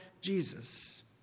Jesus